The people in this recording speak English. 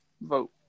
vote